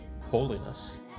Holiness